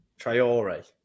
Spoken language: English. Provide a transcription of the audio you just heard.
Traore